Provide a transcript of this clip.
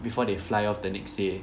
before they fly off the next day